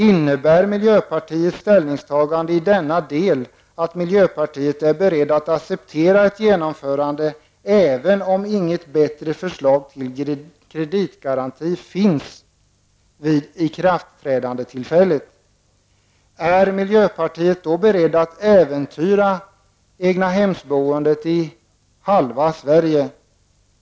Innebär miljöpartiets ställningstagande i denna del att miljöpartiet är berett att acceptera ett genomförande, även om inget bättre förslag till kreditgaranti finns vid ikraftträdandet? Är miljöpartiet då berett att äventyra egnahemsboendet i halva Sverige?